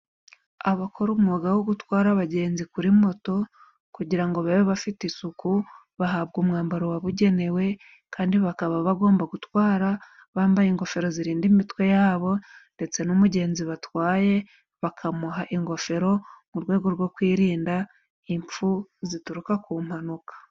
Abakora umwuga wo gutwara abagenzi kuri moto, kugira ngo babe bafite isuku bahabwa umwambaro wabugenewe, kandi bakaba bagomba gutwara bambaye ingofero zirinda imitwe yabo ndetse n'umugenzi batwaye bakamuha ingofero, mu rwego rwo kwirinda impfu zituruka ku mpanuka.